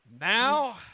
now